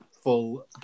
full